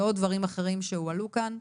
ועוד דברים אחרים שהועלו כאן,